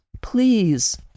Please